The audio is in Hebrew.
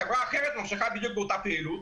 החברה האחרת ממשיכה בדיוק באותה פעילות.